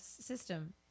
system